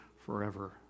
forever